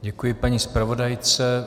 Děkuji paní zpravodajce.